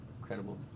incredible